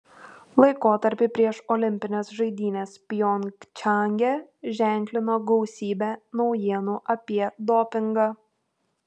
laikotarpį prieš olimpines žaidynes pjongčange ženklino gausybė naujienų apie dopingą